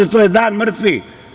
To je dan mrtvih.